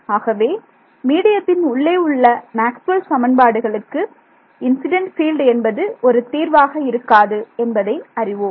ஆகவே மீடியத்தின் உள்ளே உள்ள மேக்ஸ்வெல் சமன்பாடுகளுக்கு இன்சிடென்ட் பீல்டு என்பது ஒரு தீர்வாக இருக்காது என்பதை அறிவோம்